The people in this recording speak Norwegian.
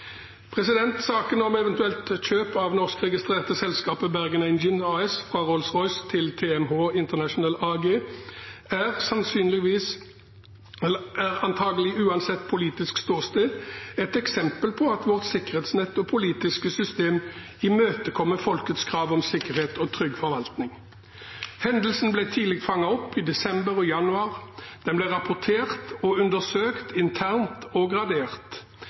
Saken om et eventuelt kjøp av det norskregistrerte selskapet Bergen Engines AS fra Rolls-Royce til TMH International AG er – antagelig uansett politisk ståsted – et eksempel på at vårt sikkerhetsnett og politiske system imøtekommer folkets krav om sikkerhet og trygg forvaltning. Hendelsen ble tidlig fanget opp i desember og januar. Den ble rapportert og undersøkt internt og gradert.